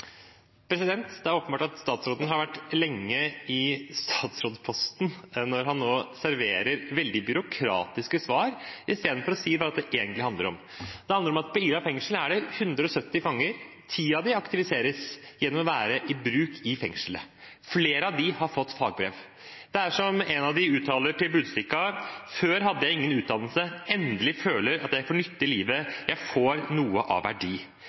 Det er åpenbart at statsråden har vært lenge i statsrådposten når han nå serverer veldig byråkratiske svar istedenfor å si hva dette egentlig handler om. Det handler om at på Ila fengsel er det 170 fanger, og ti av dem aktiviseres gjennom å være i bruk i fengselet. Flere av dem har fått fagbrev. En av dem uttaler til Budstikka: «Før hadde jeg ingen utdannelse, endelig føler jeg meg til nytte i livet, jeg får til noe av verdi.»